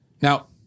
Now